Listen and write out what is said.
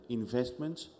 investments